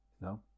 No